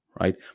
Right